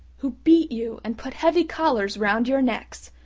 who beat you, and put heavy collars round your necks,